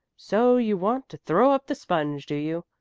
so you want to throw up the sponge, do you?